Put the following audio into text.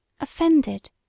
offended